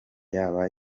yaba